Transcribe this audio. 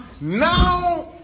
now